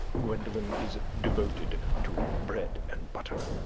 gwendolen is devoted to bread and butter.